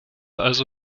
also